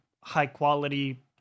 high-quality